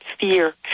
fear